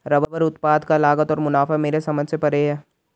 rubber उत्पाद का लागत और मुनाफा मेरे समझ से परे है